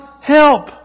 help